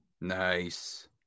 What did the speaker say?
Nice